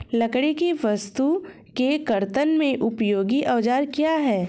लकड़ी की वस्तु के कर्तन में उपयोगी औजार क्या हैं?